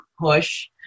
push